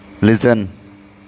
listen